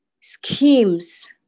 schemes